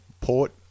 Port